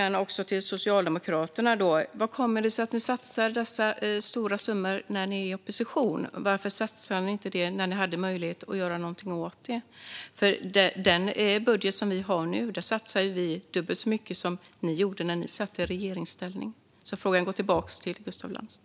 Min fråga till Socialdemokraterna blir då: Hur kommer det sig att ni satsar dessa stora summor när ni är i opposition? Varför satsade ni inte dem när ni hade möjlighet att göra någonting åt detta? I den budget vi nu har satsar vi dubbelt så mycket som ni gjorde när ni satt i regeringsställning. Frågan går alltså tillbaka till Gustaf Lantz.